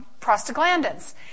prostaglandins